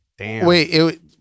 wait